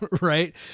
Right